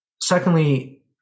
Secondly